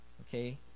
okay